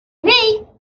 vell